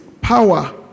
power